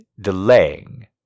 delaying